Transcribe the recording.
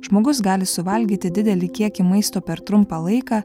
žmogus gali suvalgyti didelį kiekį maisto per trumpą laiką